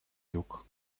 look